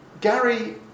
Gary